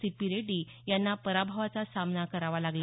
सीप्पी रेड्डी यांना पराभवाचा सामना करावा लागला